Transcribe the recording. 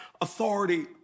authority